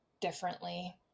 differently